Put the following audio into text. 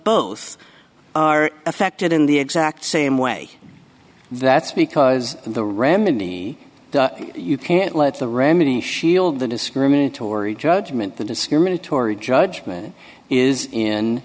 both are affected in the exact same way that's because the ram mini you can't let the remedy to shield the discriminatory judgement the discriminatory judgement is in